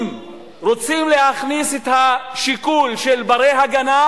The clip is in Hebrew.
אם רוצים להכניס את השיקול של בני-הגנה